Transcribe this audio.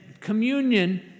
communion